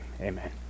Amen